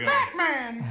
Batman